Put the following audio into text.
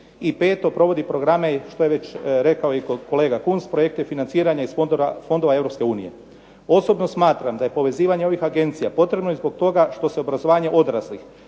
I peto, provodi programe, što je već rekao i kolega Kunst, projekti financiranja iz fondova Europske unije. Osobno smatram da je povezivanje ovih agencija potrebno i zbog toga što se obrazovanje odraslih